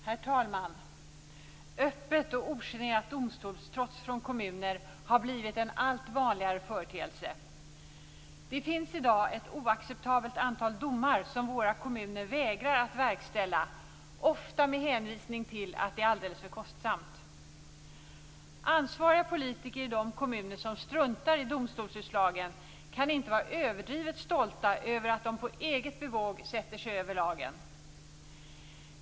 Herr talman! Öppet och ogenerat domstolstrots från kommuner har blivit en allt vanligare företeelse. Det finns i dag ett oacceptabelt antal domar som våra kommuner vägrar att verkställa, ofta med hänvisning till att det är alldeles för kostsamt. Ansvariga politiker i de kommuner som struntar i domstolsutslagen kan inte vara överdrivet stolta över att de på eget bevåg sätter sig över lagen.